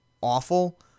awful